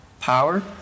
power